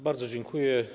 Bardzo dziękuję.